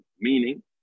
meaning